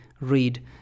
read